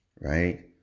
right